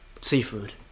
Seafood